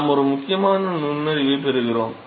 நாம் ஒரு முக்கியமான நுண்ணறிவைப் பெறுகிறோம்